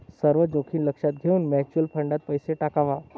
सर्व जोखीम लक्षात घेऊन म्युच्युअल फंडात पैसा टाकावा